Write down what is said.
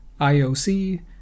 IOC